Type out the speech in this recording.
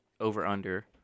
over-under